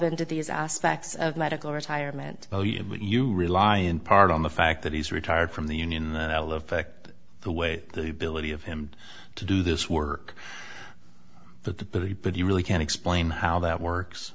to these aspects of medical retirement you rely in part on the fact that he's retired from the union and i love the way the ability of him to do this work but the but you really can't explain how that works